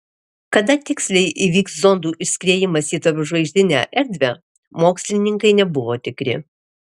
kada tiksliai įvyks zondų išskriejimas į tarpžvaigždinę erdvę mokslininkai nebuvo tikri